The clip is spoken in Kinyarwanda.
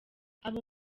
abo